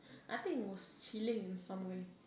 I think was chilling in somewhere